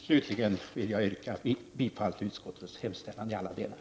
Slutligen vill jag yrka bifall till utskottets hemställan i alla delar.